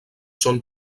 són